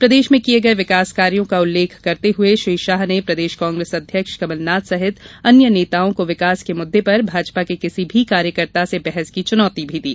प्रदेश में किये गये विकास कार्यों का उल्लेख करते हुए श्री शाह ने प्रदेश कांग्रेस अध्यक्ष कमलनाथ सहित अन्य नेताओं को विकास के मुद्दे पर भाजपा के किसी भी कार्यकर्ता से बहस की चुनौती भी दी